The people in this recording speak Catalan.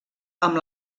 amb